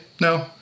No